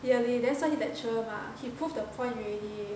really that's why he lecturer mah he proved the point already